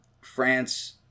France